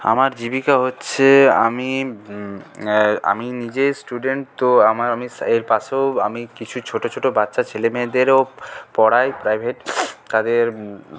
আমার জীবিকা হচ্ছে আমি আমি নিজে স্টুডেন্ট তো আমি এর পাশেও আমি কিছু ছোটো ছোটো বাচ্চা ছেলেমেয়েদেরও পড়াই প্রাইভেট তাদের